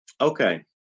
okay